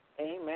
Amen